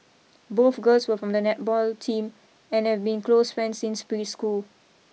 both girls were from the netball team and have been close friends since preschool